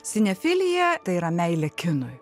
cinefilija tai yra meilė kinui